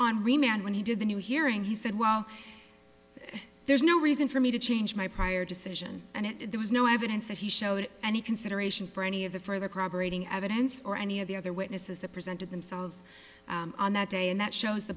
remand when he did the new hearing he said well there's no reason for me to change my prior decision and there was no evidence that he showed any consideration for any of the further corroborating evidence or any of the other witnesses that presented themselves on that day and that shows the